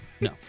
no